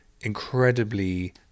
incredibly